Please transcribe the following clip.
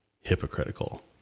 hypocritical